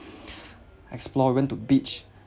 explore went to beach